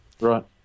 right